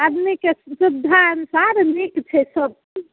आदमीकेँ सुविधा अनुसार नीक छै सब किछु